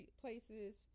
places